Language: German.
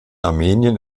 armenien